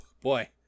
boy